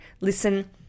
Listen